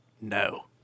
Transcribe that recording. No